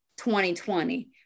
2020